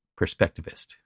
perspectivist